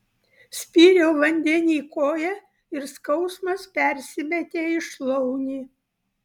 spyriau vandenyj koja ir skausmas persimetė į šlaunį